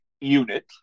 unit